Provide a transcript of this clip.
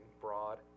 broad